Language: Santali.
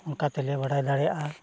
ᱚᱱᱠᱟ ᱛᱮᱞᱮ ᱵᱟᱲᱟᱭ ᱫᱟᱲᱮᱭᱟᱜᱼᱟ